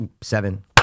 seven